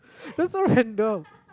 you're so random